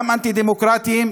גם אנטי-דמוקרטיים,